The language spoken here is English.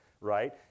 right